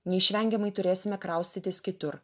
neišvengiamai turėsime kraustytis kitur